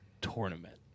tournament